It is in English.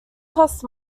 cost